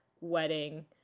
wedding